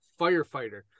firefighter